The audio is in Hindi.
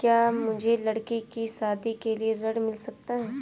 क्या मुझे लडकी की शादी के लिए ऋण मिल सकता है?